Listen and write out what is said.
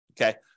Okay